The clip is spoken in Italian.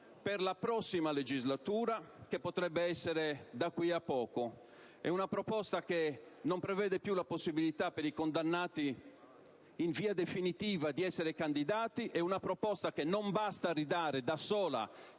per la prossima legislatura, che potrebbe iniziare da qui a poco. È una proposta che non prevede più la possibilità per i condannati in via definitiva di essere candidati e che non basta da sola